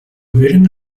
уверены